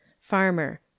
Farmer